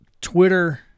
Twitter